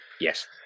yes